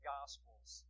Gospels